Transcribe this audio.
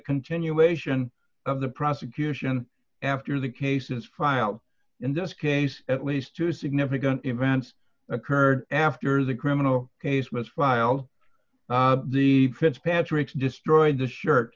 continuation of the prosecution after the cases filed in this case at least two significant events occurred after the criminal case was filed the fitzpatrick's destroyed the shirt